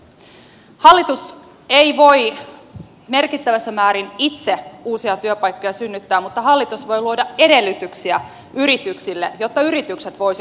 hallitus ei voi merkittävissä määrin itse uusia työpaikkoja synnyttää mutta hallitus voi luoda edellytyksiä yrityksille jotta yritykset voisivat työllistää